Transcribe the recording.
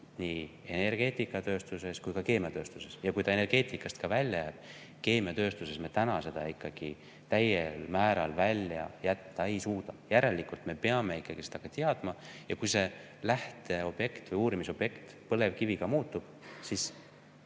nii energeetikatööstuses kui ka keemiatööstuses. Ja kui see jääbki energeetikast välja, siis keemiatööstusest me täna seda ikkagi täiel määral välja jätta ei suuda. Järelikult me peame seda teadma. Ja kui see lähteobjekt või uurimisobjekt, põlevkivi, ka muutub, siis